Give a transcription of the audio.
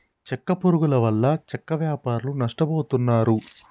చెక్క పురుగుల వల్ల చెక్క వ్యాపారులు నష్టపోతున్నారు